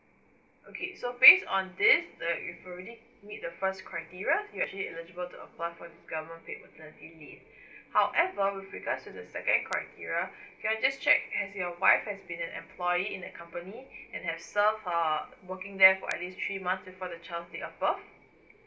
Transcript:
okay so based on this the you've already meet the first criteria you actually eligible to apply for the government paid maternity leave however with regards to the second criteria can I just check has your wife has been an employee in that company and have served her working there for at least three month before child's date of birth